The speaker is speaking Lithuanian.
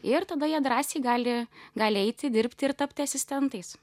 ir tada jie drąsiai gali gali eiti dirbti ir tapti asistentais